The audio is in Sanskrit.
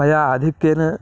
मया आधिक्येन